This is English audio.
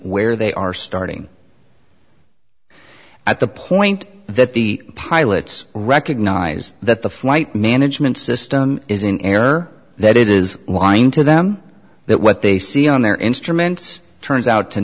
where they are starting at the point that the pilots recognize that the flight management system is in error that it is lying to them that what they see on their instruments turns out to